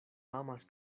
amas